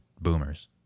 boomers